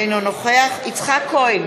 אינו נוכח יצחק כהן,